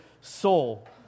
soul